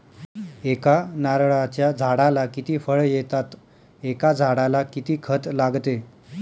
एका नारळाच्या झाडाला किती फळ येतात? एका झाडाला किती खत लागते?